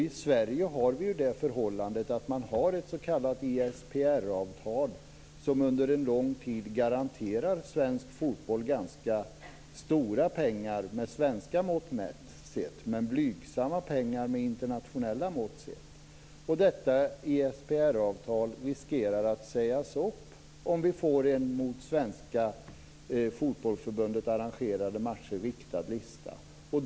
I Sverige råder det förhållandet att vi har ett s.k. ISPR-avtal som under en lång tid garanterar svensk fotboll ganska stora pengar med svenska mått mätt, men blygsamma pengar med internationella mått mätt. Detta ISPR-avtal riskerar att sägas upp om vi får en lista riktad mot matcher arrangerade av Svenska Fotbollförbundet.